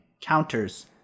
counters